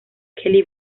kelly